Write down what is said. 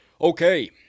Okay